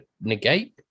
negate